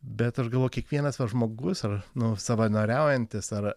bet aš galvoju kiekvienas va žmogus ar nu savanoriaujantis ar